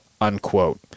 unquote